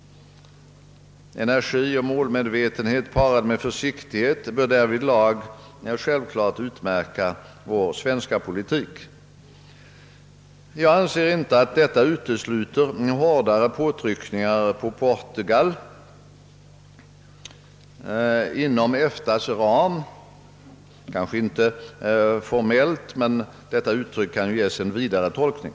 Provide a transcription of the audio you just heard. Energi och målmedvetenhet parad med försiktighet bör därvidlag självklart utmärka vår svenska politik. Jag anser att detta inte utesluter hårdare påtryckningar på Portugal inom EFTA:s ram, kanske inte formellt men uttrycket kan ju ges en vidare tolkning.